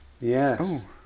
Yes